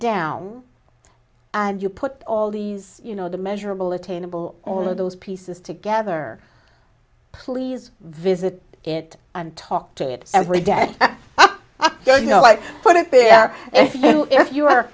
down and you put all these you know the measurable attainable all of those pieces together please visit it and talk to it every day ok you know like put it there if you